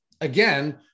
again